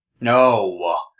No